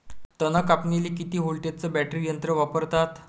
तन कापनीले किती व्होल्टचं बॅटरी यंत्र वापरतात?